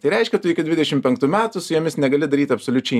tai reiškia tu iki dvidešim penktų metų su jomis negali daryt absoliučiai